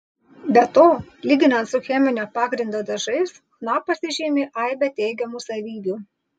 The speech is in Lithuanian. be to lyginant su cheminio pagrindo dažais chna pasižymi aibe teigiamų savybių